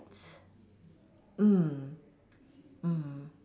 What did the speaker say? mm mm